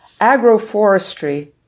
Agroforestry